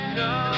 no